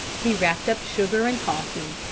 he wrapped up sugar and coffee,